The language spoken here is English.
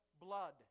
blood